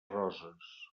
roses